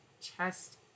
chest